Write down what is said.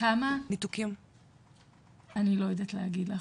אני לא יודעת להגיד לך.